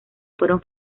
fueron